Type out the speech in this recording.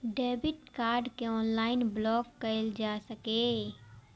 debit card कें online block कैल जा सकैए